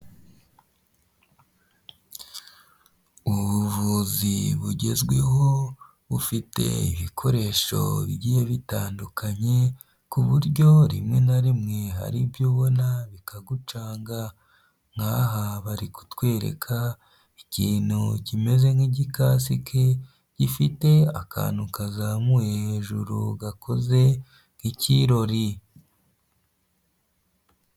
Ubuvuzi bugezweho bufite ibikoresho bigiye bitandukanye ku buryo rimwe na rimwe hari ibyo ubona bikagucanga, nk'aha bari kutwereka ikintu kimeze nk'igikasike gifite akantu kazamuye hejuru gakoze nk'ikirori.